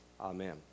Amen